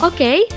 Okay